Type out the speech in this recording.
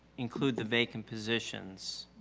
include the vacant positions?